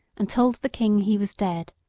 and told the king he was dead.